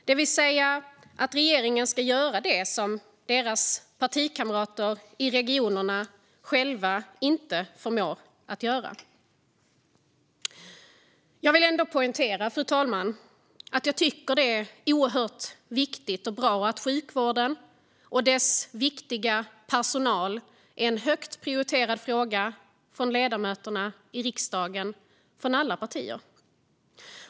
Det vill säga: Regeringen ska göra det som deras partikamrater i regionerna själva inte förmår att göra. Jag vill ändå poängtera, fru talman, att jag tycker att det är oerhört viktigt och bra att sjukvården och dess viktiga personal är en högt prioriterad fråga för ledamöterna i riksdagen, från alla partier.